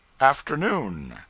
AFTERNOON